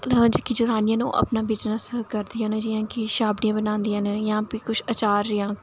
जेह्कियां जनानियां ओह् अपना बिज़नेस करदियां न जि'यां कि छाबड़ियां बनांदियां न जि'यां कि आचार